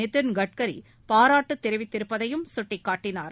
நிதின் கட்கரிபாராட்டுதெரிவித்திருப்பதையும் அவர் கட்டிக்காட்டினார்